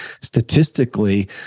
statistically